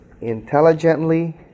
intelligently